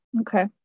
okay